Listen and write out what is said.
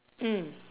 mm